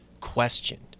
questioned